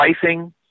pricing